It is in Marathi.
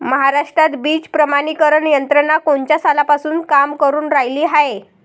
महाराष्ट्रात बीज प्रमानीकरण यंत्रना कोनच्या सालापासून काम करुन रायली हाये?